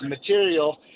material